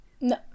No